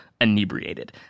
inebriated